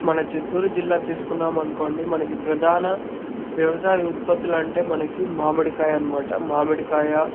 మన చిత్తూరు జిల్లా తీసుకున్నామనుకోండి మనకి ప్రధాన వ్యవసాయ ఉత్పత్తులంటే మనకి మామిడికాయ అనమాట మామిడికాయ